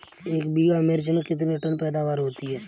एक बीघा मिर्च में कितने टन पैदावार होती है?